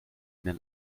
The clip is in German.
den